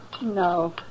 No